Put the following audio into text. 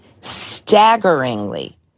Staggeringly